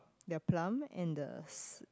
their plum and the s~